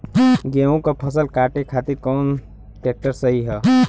गेहूँक फसल कांटे खातिर कौन ट्रैक्टर सही ह?